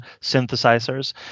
synthesizers